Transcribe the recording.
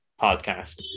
podcast